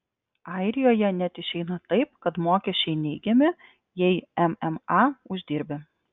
airijoje net išeina taip kad mokesčiai neigiami jei mma uždirbi